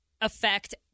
affect